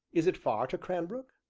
is it far to cranbrook?